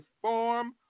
form